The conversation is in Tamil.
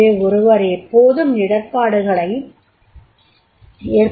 எனவே ஒருவர் எப்போதும் இடர்ப்பாடுகளை ஏற்பவராக இருக்கவேண்டும்